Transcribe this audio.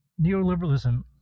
neoliberalism